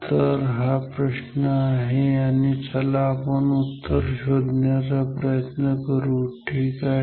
तर हा प्रश्न आहे आणि चला आपण उत्तर शोधायचा प्रयत्न करू ठीक आहे